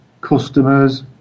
customers